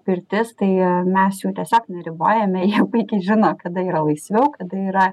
pirtis tai mes jų tiesiog neribojame jie puikiai žino kada yra laisviau kada yra